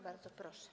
Bardzo proszę.